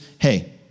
hey